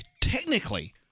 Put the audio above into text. technically